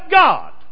God